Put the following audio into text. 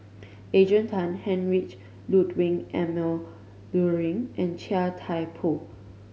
Adrian Tan Heinrich Ludwig Emil Luering and Chia Thye Poh